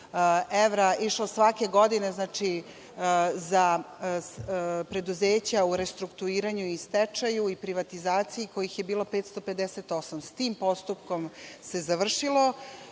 evra išlo svake godine za preduzeća u restrukturiranju i stečaju i privatizaciju kojih je bilo 558. S tim postupkom se završilo.